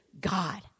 God